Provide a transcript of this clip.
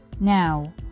Now